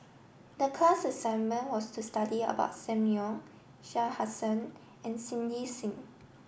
the class assignment was to study about Sam Leong Shah Hussain and Cindy Sim